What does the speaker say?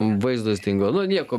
vaizdas dingo nu nieko